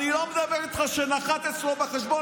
אני לא מדבר איתך על זה שנחתו אצלו בחשבון